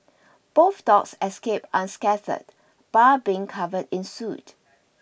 both dogs escaped unscathed bar being covered in soot